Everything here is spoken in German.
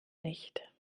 nicht